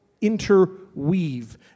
interweave